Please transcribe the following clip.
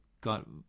got